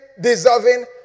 deserving